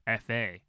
FA